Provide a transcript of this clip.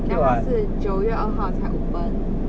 then 他是九月二号才 open